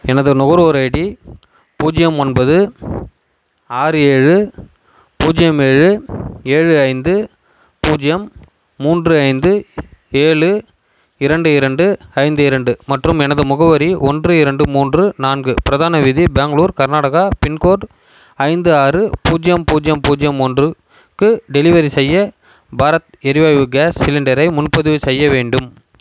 எனது நுகர்வோர் ஐடி பூஜ்யம் ஒன்பது ஆறு ஏழு பூஜ்யம் ஏழு ஏழு ஐந்து பூஜ்யம் மூன்று ஐந்து ஏழு இரண்டு இரண்டு ஐந்து இரண்டு மற்றும் எனது முகவரி ஒன்று இரண்டு மூன்று நான்கு பிரதான வீதி பேங்களூர் கர்நாடகா பின்கோட் ஐந்து ஆறு பூஜ்யம் பூஜ்யம் பூஜ்யம் ஒன்றுக்கு டெலிவரி செய்ய பாரத் எரிவாய்வு கேஸ் சிலிண்டரை முன்பதிவு செய்ய வேண்டும்